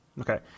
Okay